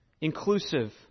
inclusive